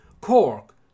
Cork